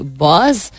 boss